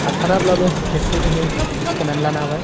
हाथाराब्लाबो एसे एनै सिखायनानै लानो हाबाय